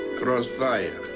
crossfire?